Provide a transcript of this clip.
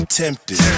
tempted